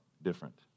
different